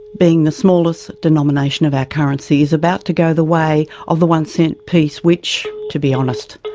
being the smallest denomination of our currency, is about to go the way of the one cent piece which, to be honest,